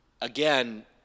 again